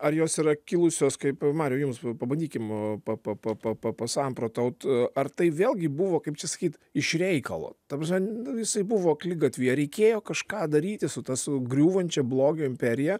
ar jos yra kilusios kaip mariau jums pabandykim pa pa pa pa pasamprotaut ar tai vėlgi buvo kaip čia sakyt iš reikalo ta prasme nu jisai buvo akligatvyje reikėjo kažką daryti su ta su griūvančia blogio imperija